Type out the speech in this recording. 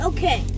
Okay